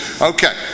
Okay